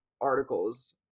articles